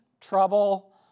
trouble